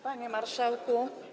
Panie Marszałku!